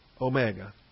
Omega